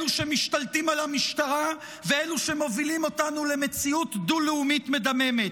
אלו שמשתלטים על המשטרה ואלו שמובילים אותנו למציאות דו-לאומית מדממת.